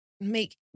Make